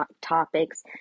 topics